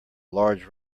large